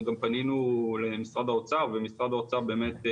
גם פנינו למשרד האוצר ומשרד האוצר באמת,